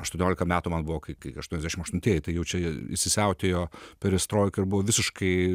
aštuoniolika metų man buvo kai aštuoniasdešim aštuntieji tai čia jau įsisiautėjo perestroika ir buvo visiškai